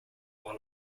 while